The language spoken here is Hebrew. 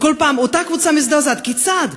וכל פעם אותה קבוצה מזדעזעת: כיצד?